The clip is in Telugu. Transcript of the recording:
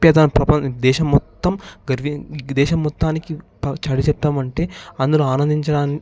ఆప్యాయత ప్రప దేశం మొత్తం గర్వించే దేశం మొత్తానికి చాటి చెప్తాం అంటే అందులో ఆనందించడానికి